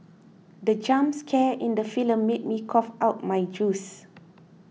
the jump scare in the film made me cough out my juice